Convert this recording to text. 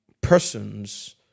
persons